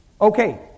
Okay